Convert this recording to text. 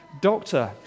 Doctor